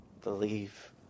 Believe